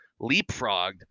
leapfrogged